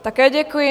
Také děkuji.